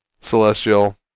Celestial